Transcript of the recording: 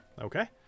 okay